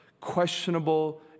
questionable